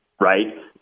right